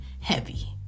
heavy